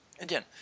again